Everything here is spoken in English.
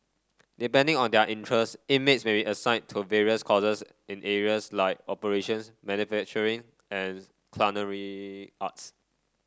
depending on their interest inmates may be assigned to various courses in areas like operations manufacturing and culinary arts